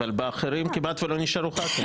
אבל באחרים כמעט ולא נשארו חברי כנסת.